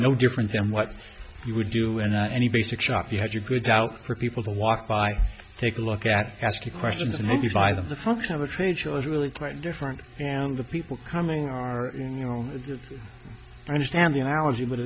no different than what you would do and any basic shop you have your goods out for people to walk by take a look at ask you questions and maybe five of the function of a trade show is really quite different and the people coming are you know the i understand the analogy